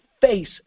face